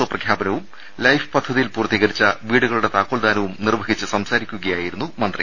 O പ്രഖ്യാപനവും life പദ്ധതിയിൽ പൂർത്തീകരിച്ച വീടുകളുടെ താക്കോൽ ദാനവും നിർവഹിച്ച് സംസാരിക്കുകയായിരുന്നു മന്ത്രി